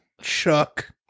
chuck